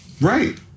Right